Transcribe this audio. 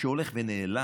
שהולך ונעלם,